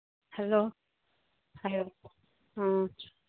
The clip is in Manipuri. ꯍꯂꯣ ꯍꯥꯏꯔꯛꯑꯣ ꯎꯝ